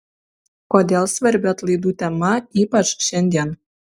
kodėl svarbi atlaidų tema ypač šiandien